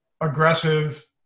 Aggressive